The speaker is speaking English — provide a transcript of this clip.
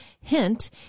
hint